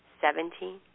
seventeen